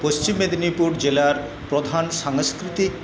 পশ্চিম মেদিনীপুর জেলার প্রধান সাংস্কৃতিক